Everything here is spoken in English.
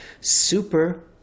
Super